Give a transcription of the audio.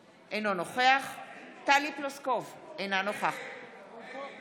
נגד טלי פלוסקוב, אינה נוכחת אורלי